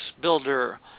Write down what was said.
builder